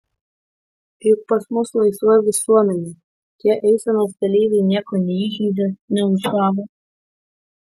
juk pas mus laisva visuomenė tie eisenos dalyviai nieko neįžeidė neužgavo